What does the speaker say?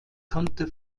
konnte